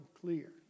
clear